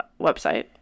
website